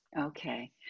Okay